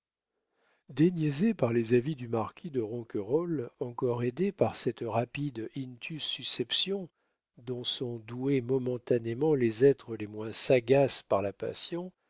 déniaisé par les avis du marquis de ronquerolles encore aidé par cette rapide